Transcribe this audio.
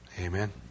Amen